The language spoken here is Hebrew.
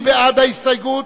מי בעד ההסתייגות?